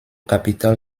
capitole